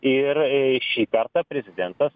ir į šį kartą prezidentas